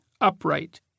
upright